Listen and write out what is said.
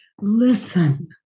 listen